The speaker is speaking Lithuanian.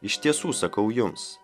iš tiesų sakau jums